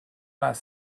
vingt